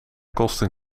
kosten